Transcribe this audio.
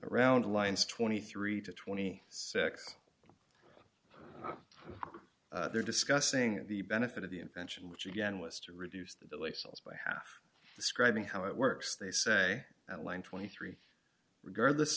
around the lines twenty three to twenty six they're discussing the benefit of the invention which again was to reduce the delay cells by half describing how it works they say that line twenty three regardless